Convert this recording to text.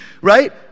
right